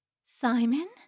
Simon